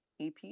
EP